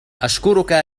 أشكرك